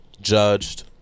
judged